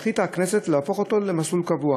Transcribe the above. החליטה הכנסת להפוך אותו למסלול קבוע